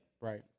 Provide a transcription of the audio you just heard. Right